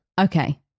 Okay